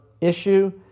issue